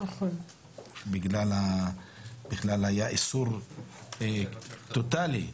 היה איסור טוטאלי,